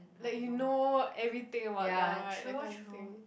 like you know everything about them like that kind of thing